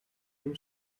dem